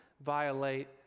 violate